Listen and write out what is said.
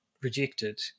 rejected